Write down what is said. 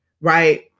right